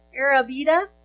Arabida